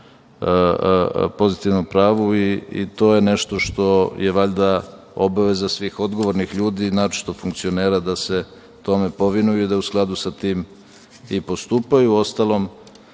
pozitivnom pravu. To je nešto što je valjda obaveza svih odgovornih ljudi, naročito funkcionera, da se tome povinuju i da u skladu sa tim i postupaju. Uostalom,